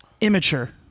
immature